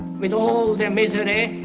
with all the misery,